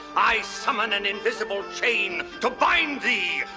i summon an invisible chain to bind thee.